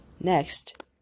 Next